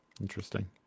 interesting